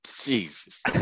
Jesus